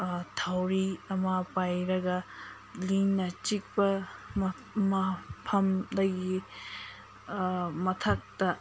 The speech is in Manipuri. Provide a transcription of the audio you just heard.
ꯊꯧꯔꯤ ꯑꯃ ꯄꯥꯏꯔꯒ ꯂꯤꯟꯅ ꯆꯤꯛꯄ ꯃꯐꯝꯗꯨꯒꯤ ꯃꯊꯛꯇ